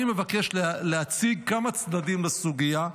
אני מבקש להציג כמה צדדים בסוגיה,